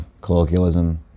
colloquialism